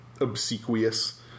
obsequious